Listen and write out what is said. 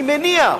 אני מניח,